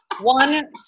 One